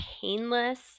painless